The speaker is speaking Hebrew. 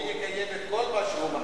אם הוא יקיים את כל מה שהוא מאמין בו.